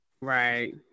Right